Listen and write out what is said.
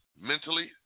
mentally